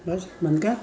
बसि बंदि कयां